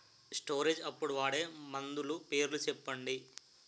Storage అప్పుడు వాడే మందులు పేర్లు చెప్పండీ?